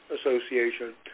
Association